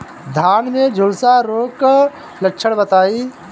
धान में झुलसा रोग क लक्षण बताई?